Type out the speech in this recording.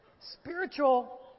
Spiritual